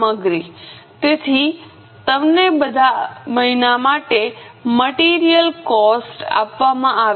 સામગ્રી જેથી તમને બધા મહિના માટે મટિરિયલ કોસ્ટ આપવામાં આવે